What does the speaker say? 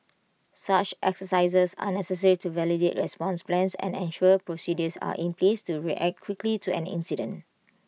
such exercises are necessary to validate response plans and ensure procedures are in place to react quickly to an incident